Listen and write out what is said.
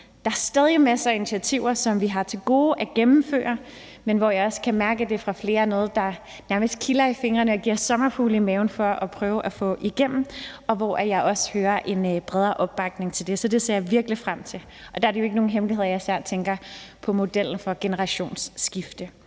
Der er stadig masser af initiativer, som vi har til gode at gennemføre, men jeg kan mærke, at det får flere med – det nærmest kilder i fingrene og giver sommerfugle i maven for at prøve at få det igennem – og jeg hører også en bredere opbakning til det. Så det ser jeg virkelig frem til. Og der er det jo ikke nogen hemmelighed, at jeg især tænker på modellen for generationsskifte.